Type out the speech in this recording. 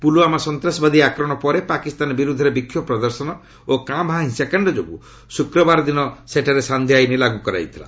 ପୁଲ୍ଲୁୱାମା ସନ୍ତ୍ରାସବାଦୀ ଆକ୍ରମଣ ପରେ ପାକିସ୍ତାନ ବିରୁଦ୍ଧରେ ବିକ୍ଷୋଭ ପ୍ରଦର୍ଶନ ଓ କାଁ ଭାଁ ହିଂସାକାଣ୍ଡ ଯୋଗୁଁ ଶୁକ୍ରବାର ଦିନ ସେଠାରେ ସାନ୍ଧ୍ୟ ଆଇନ୍ ଲାଗୁ ହୋଇଥିଲା